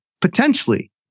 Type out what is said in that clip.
potentially